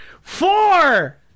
Four